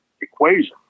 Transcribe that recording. equation